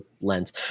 lens